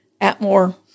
Atmore